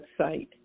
website